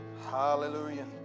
Hallelujah